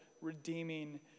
redeeming